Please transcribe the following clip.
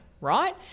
right